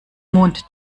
mond